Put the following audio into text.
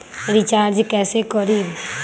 Recharge कैसे करीब?